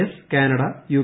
S Canada U